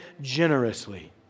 generously